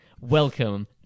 Welcome